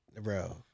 Bro